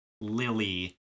Lily